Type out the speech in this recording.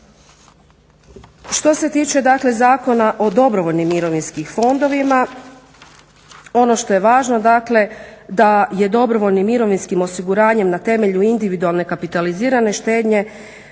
Što se tiče dakle Zakona o dobrovoljnim mirovinskim fondovima, ono što je važno dakle da je dobrovoljnim mirovinskim osiguranjem na temelju individualne kapitalizirane štednje